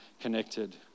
connected